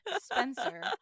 Spencer